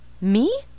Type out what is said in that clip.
Me